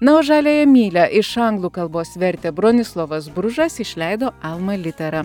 na o žaliąją mylią iš anglų kalbos vertė bronislovas bružas išleido alma litera